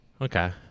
Okay